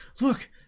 Look